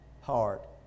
heart